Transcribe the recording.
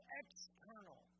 external